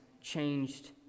changed